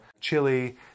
Chile